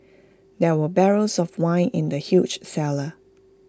there were barrels of wine in the huge cellar